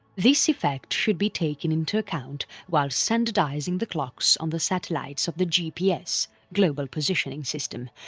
this effect should be taken into account while standardizing the clocks on the satellites of the gps global positioning system,